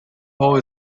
hole